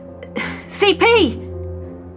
CP